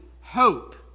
hope